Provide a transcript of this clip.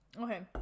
Okay